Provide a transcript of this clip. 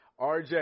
rj